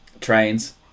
trains